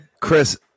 Chris